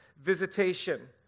visitation